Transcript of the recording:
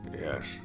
Yes